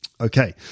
Okay